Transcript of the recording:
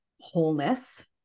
wholeness